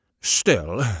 Still